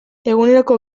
eguneroko